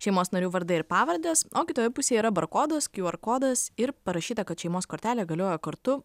šeimos narių vardai ir pavardės o kitoje pusėje yra barkodos qr kodas ir parašyta kad šeimos kortelė galioja kartu